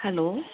hello